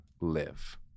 live